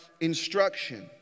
instruction